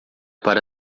para